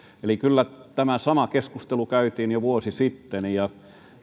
eli kyllä tämä sama keskustelu käytiin jo vuosi sitten ja